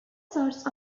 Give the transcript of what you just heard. sorts